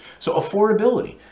so affordability,